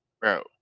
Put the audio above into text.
bro